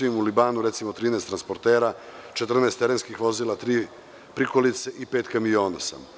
Recimo, u Libanu 13 transportera, 14 terenskih vozila, tri prikolice i pet kamiona.